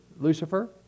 Lucifer